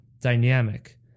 dynamic